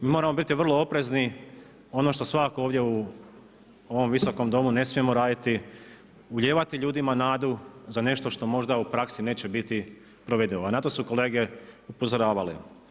Mi moramo biti vrlo oprezni, ono što svakako ovdje u ovom Visokom domu ne smijemo raditi ulijevati ljudima nadu za nešto što možda u praksi neće biti provedivo, a na to su kolege upozoravali.